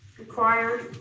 required,